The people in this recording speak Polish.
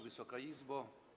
Wysoka Izbo!